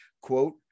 quote